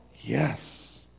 Yes